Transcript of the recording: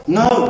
no